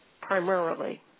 primarily